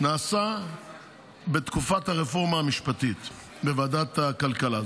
נעשה בתקופת הרפורמה המשפטית בוועדת הכלכלה.